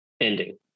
Ending